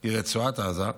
היא רצועת עזה.